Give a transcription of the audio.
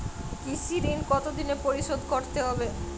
কৃষি ঋণ কতোদিনে পরিশোধ করতে হবে?